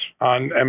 on